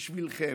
בשבילכם,